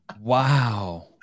Wow